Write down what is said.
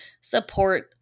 support